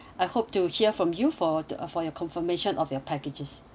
I hope to hear from you for the uh for your confirmation of your packages